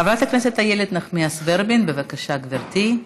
חברת הכנסת איילת נחמיאס ורבין, בבקשה, גברתי.